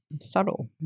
subtle